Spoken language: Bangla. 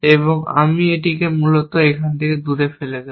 এবং আমরা এটিকে মূলত এর থেকে দূরে ফেলে দেব